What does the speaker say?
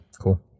cool